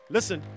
Listen